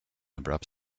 abrupt